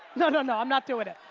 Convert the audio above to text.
no, no, no. i'm not doing it.